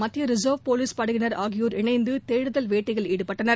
மத்திய reserve police படையினர் ஆகியோர் இணைந்து தேடுதல் வேட்டையில் ஈடுபட்டனர்